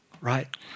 right